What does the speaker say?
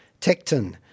Tecton